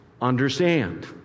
Understand